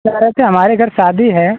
कहे रहे थे हमारे घर शादी है